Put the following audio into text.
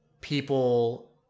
people